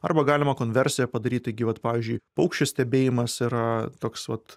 arba galima konversiją padaryt tai gi vat pavyzdžiui paukščių stebėjimas yra toks vat